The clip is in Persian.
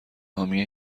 حامی